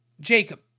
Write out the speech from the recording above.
Jacob